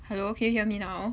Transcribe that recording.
hello can you hear me now